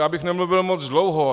Abych nemluvil moc dlouho.